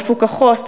מפוקחות,